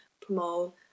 promote